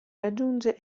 raggiunge